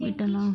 better not